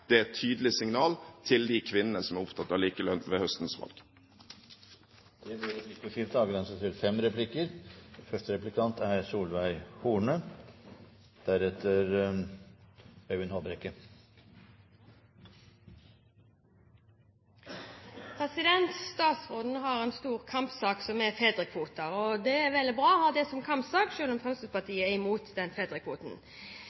er et tydelig signal til de kvinnene som er opptatt av likelønn ved høstens valg. Det blir replikkordskifte. Statsråden har en stor kampsak, og det er fedrekvoten. Det er vel og bra å ha det som kampsak, selv om